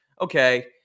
okay